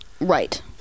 Right